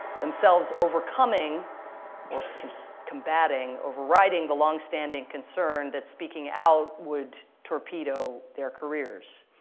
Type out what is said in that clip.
themselves overcoming or combating, overriding the longstanding concern that speaking out would torpedo their careers.